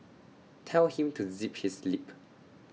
tell him to zip his lip